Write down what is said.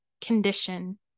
condition